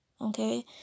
Okay